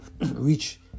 reach